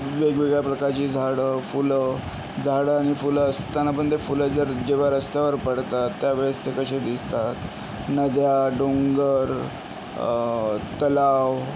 वेगवेगळ्या प्रकारची झाडं फुलंं झाडंं आणि फुलं असताना पण ते फुलंं जर जेव्हा रस्त्यावर पडतात त्यावेळेस ते कसे दिसतात नद्या डोंगर तलाव